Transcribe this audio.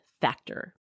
Factor